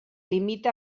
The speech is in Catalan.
limita